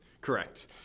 Correct